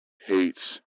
hates